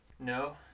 no